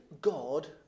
God